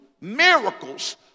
miracles